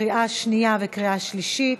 לקריאה שנייה וקריאה שלישית.